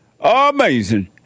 Amazing